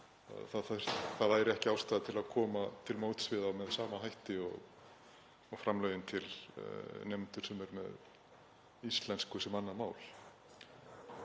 það væri ekki ástæða til að koma til móts við þá með sama hætti og framlögin vegna nemenda sem eru með íslensku sem annað mál.